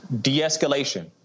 De-escalation